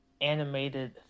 animated